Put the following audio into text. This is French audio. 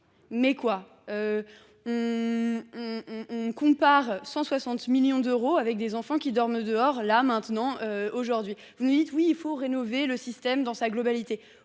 Mais comment comparer 160 millions d’euros avec des enfants qui dorment dehors aujourd’hui ? Vous nous dites qu’il faut rénover le système dans sa globalité.